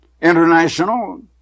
international